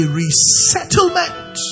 resettlement